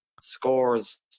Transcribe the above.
scores